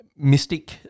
Mystic